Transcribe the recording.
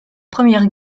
première